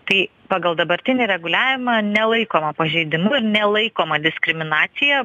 tai pagal dabartinį reguliavimą nelaikoma pažeidimu nelaikoma diskriminacija